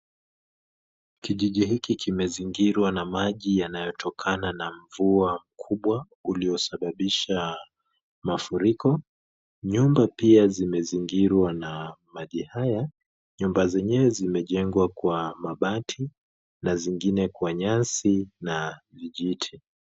Kijiji hiki kimezingirwa na maji yanayotokana na mvua kubwa uliosababisha mafuriko. Nyumba pia zimezingirwa na maji haya. Nyumba zenyewe zimejengwa kwa mabati na zingine kwa nyasi na vijiti.